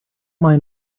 mind